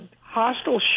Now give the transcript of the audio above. hostile